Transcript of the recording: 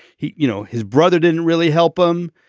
he you know his brother didn't really help him.